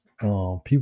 people